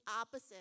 opposite